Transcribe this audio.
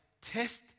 test